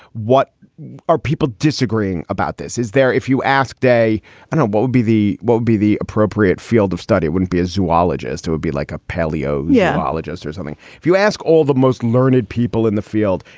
what are people disagreeing about this? is there if you ask day and i won't be the won't be the appropriate field of study, wouldn't be a zoologist who would be like a paleo yeah biologist or something, if you ask all the most learned people in the field.